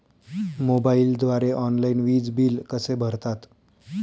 मोबाईलद्वारे ऑनलाईन वीज बिल कसे भरतात?